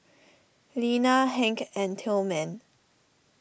Lena Hank and Tilman